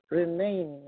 remain